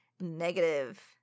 negative